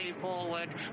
forward